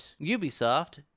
Ubisoft